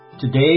Today